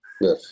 Yes